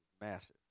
Massive